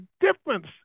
difference